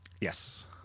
yes